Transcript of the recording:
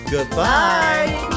Goodbye